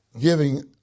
giving